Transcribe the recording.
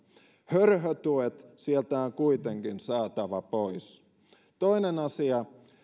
hörhötuet sieltä on kuitenkin saatava pois toinen asia